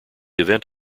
event